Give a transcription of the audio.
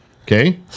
Okay